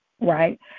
Right